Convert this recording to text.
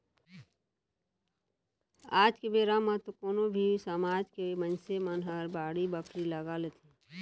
आज के बेरा म तो कोनो भी समाज के मनसे मन ह बाड़ी बखरी लगा लेथे